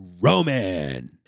Roman